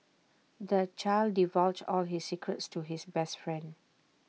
the child divulged all his secrets to his best friend